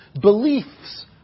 beliefs